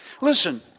Listen